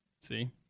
See